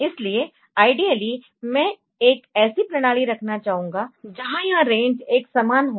इसलिए आइडियली मैं एक ऐसी प्रणाली रखना चाहूँगा जहाँ यह रेंज एक समान हो